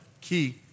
key